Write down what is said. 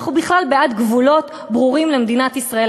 אנחנו בכלל בעד גבולות ברורים למדינת ישראל.